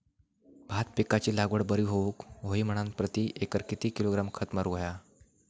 भात पिकाची लागवड बरी होऊक होई म्हणान प्रति एकर किती किलोग्रॅम खत मारुक होया?